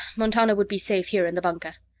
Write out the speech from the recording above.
montano would be safe here in the bunker.